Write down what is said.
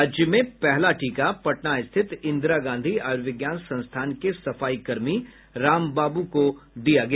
राज्य में पहला टीका पटना स्थित इंदिरा गांधी आयुर्विज्ञान संस्थान के सफाईकर्मी राम बाबू को दिया गया